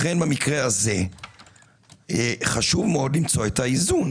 לכן במקרה הזה חשוב מאוד למצוא את האיזון.